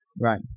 Right